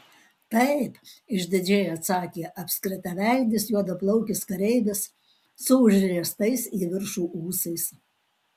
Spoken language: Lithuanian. taip išdidžiai atsakė apskritaveidis juodaplaukis kareivis su užriestais į viršų ūsais